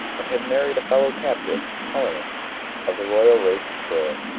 and had married a fellow-captive, helenus, of the royal race of troy.